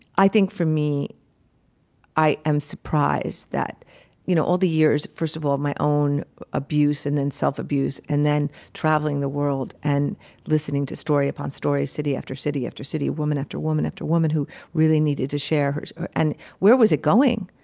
i think for me i am surprised that you know all the years first of all, my own abuse and then self-abuse and then traveling the world and listening to story upon story, city after city after city, woman after woman after woman who really needed to share and where was it going?